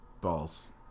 balls